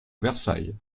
versailles